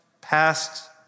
passed